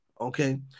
Okay